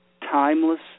timeless